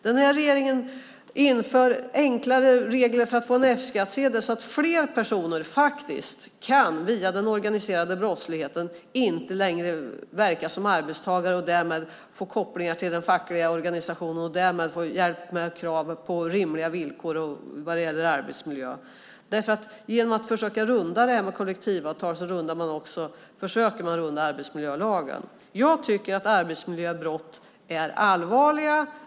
Den här regeringen inför enklare regler för att få en F-skattsedel så att fler personer via den organiserade brottsligheten kan verka utan att vara arbetstagare med kopplingar till den fackliga organisationen och därmed få hjälp med krav på rimliga villkor för arbetsmiljö. Genom att försöka gå runt det här med kollektivavtal försöker man också gå runt arbetsmiljölagen. Jag tycker att arbetsmiljöbrott är allvarliga.